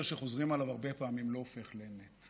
שחוזרים עליו הרבה פעמים לא הופך לאמת.